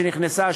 שנכנסה,